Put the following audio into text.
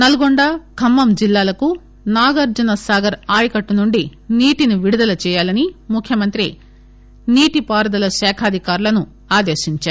నల్గొండ ఖమ్మం జిల్లాలకు నాగార్హున సాగర్ అయకట్టు నుండి నీటిని విడుదల చేయాలని ముఖ్యమంత్రి నీటిపారుదల శాఖ అధికారులను ఆదేశించారు